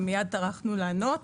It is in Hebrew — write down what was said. ומיד טרחנו לענות.